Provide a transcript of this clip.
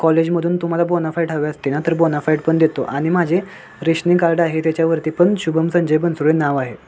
कॉलेजमधून तुम्हाला बोनाफाईट हवे असते ना तर बोनाफाईड पण देतो आणि माझे रेशनींग कार्ड आहे त्याच्यावरती पण शुभम संजय बनसोडे नाव आहे